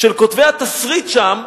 של כותבי התסריט שם,